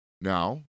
Now